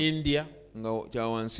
India